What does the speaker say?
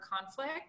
conflict